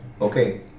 Okay